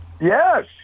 Yes